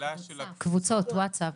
והשאלה של --- וקבוצת הווטסאפ,